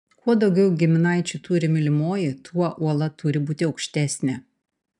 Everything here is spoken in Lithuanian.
kuo daugiau giminaičių turi mylimoji tuo uola turi būti aukštesnė